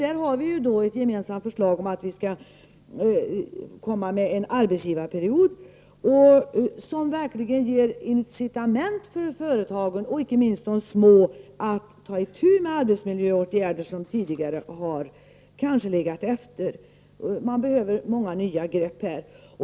Där har vi ett gemensamt förslag om en arbetsgivarperiod, som verkligen ger företagen, inte minst de små, incitament att ta itu med arbetsmiljöer och genomföra åtgärder som man tidigare kanske släpat efter med. Man behöver många nya grepp här.